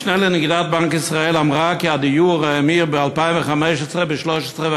המשנה לנגידת בנק ישראל אמרה כי הדיור האמיר ב-2015 ב-13.5%.